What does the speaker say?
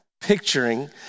picturing